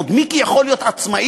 עוד מיקי יכול להיות עצמאי,